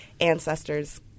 Ancestors